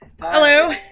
Hello